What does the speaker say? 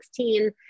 2016